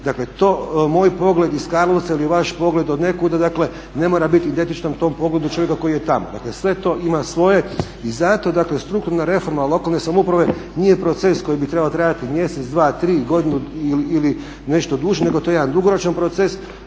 nije. Moj pogled iz Karlovca ili vaš pogled od nekuda ne mora biti identičan tom pogledu čovjeka koji je tamo, dakle sve to ima svoje. I zato strukturna reforma lokalne samouprave nije proces koji bi trebao trajati mjesec, dva, tri, godinu ili nešto duže nego to je jedan dugoročan proces